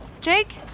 Jake